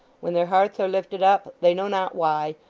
when their hearts are lifted up they know not why,